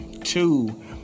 two